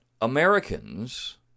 Americans